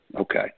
okay